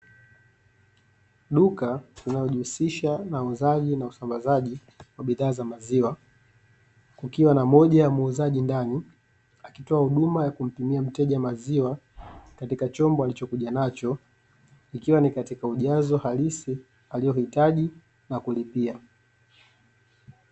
Duka linalojihusisha na uuzaji na usambazaji wa bidhaa za maziwa, kukiwa na mmoja ya muuzaji ndani akitoa huduma ya kumpimia mteja maziwa katika chombo alichokuja nacho, ikiwa ni katika ujazo halisi aliohitaji na kulipia.